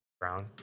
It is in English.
Brown